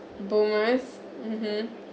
boomers mmhmm